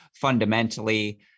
fundamentally